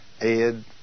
Ed